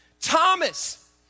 Thomas